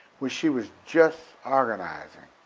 which she was just organizing.